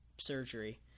surgery